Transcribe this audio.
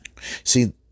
See